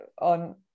on